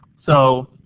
so,